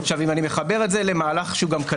אם אני מחבר את זה למהלך כלכלי,